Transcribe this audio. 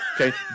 okay